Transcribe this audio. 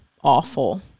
awful